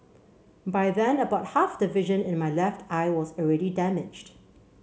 by then about half the vision in my left eye was already damaged